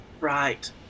Right